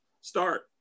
start